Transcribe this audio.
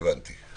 הבנתי.